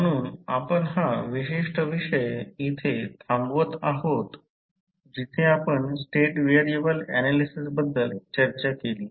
म्हणून आपण हा विशिष्ट विषय इथे थांबवत आहोत जिथे आपण स्टेट व्हेरिएबल ऍनालिसिस बद्दल चर्चा केली